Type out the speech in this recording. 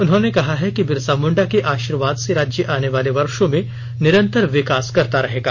उन्होंने कहा है कि बिरसा मुण्डा के आशीर्वाद से राज्य आनेवाले वर्षो में निरंतर विकास करता रहेगा